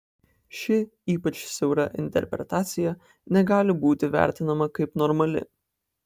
ši ypač siaura interpretacija negali būti vertinama kaip normali